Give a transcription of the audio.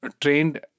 trained